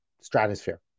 stratosphere